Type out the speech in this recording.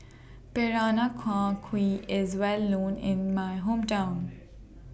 Peranakan Kueh IS Well known in My Hometown